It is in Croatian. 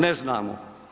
Ne znamo.